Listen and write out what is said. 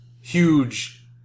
huge